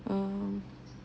mm